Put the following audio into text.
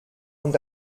und